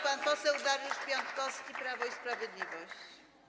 Pan poseł Dariusz Piontkowski, Prawo i Sprawiedliwość.